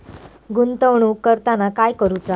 गुंतवणूक करताना काय करुचा?